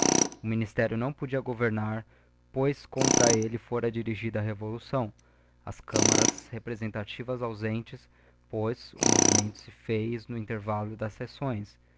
o ministério não podia governar pois contra elle ôra dirigida a revolução as camarás representativas ausentes pois o movimento se fizera no intervallo das sessões